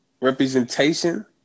representation